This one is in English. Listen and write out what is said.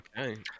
Okay